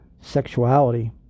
sexuality